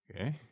Okay